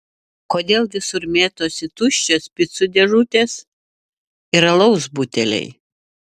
kodėl visur mėtosi tuščios picų dėžutės ir alaus buteliai